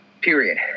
period